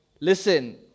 Listen